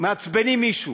מעצבנים מישהו.